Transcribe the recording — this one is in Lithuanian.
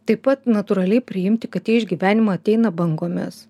taip pat natūraliai priimti kad tie išgyvenimai ateina bangomis